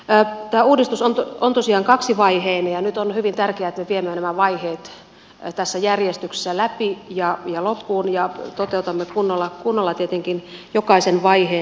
tämä uudistus on tosiaan kaksivaiheinen ja nyt on hyvin tärkeää että me viemme nämä vaiheet tässä järjestyksessä läpi ja loppuun ja toteutamme kunnolla tietenkin jokaisen vaiheen